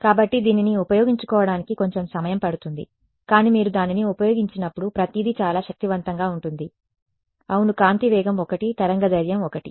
కాబట్టి దీనిని ఉపయోగించుకోవడానికి కొంచెం సమయం పడుతుంది కానీ మీరు దానిని ఉపయోగించినప్పుడు ప్రతిదీ చాలా శక్తివంతంగా ఉంటుంది అవును కాంతి వేగం 1 తరంగ దైర్ఘ్యం 1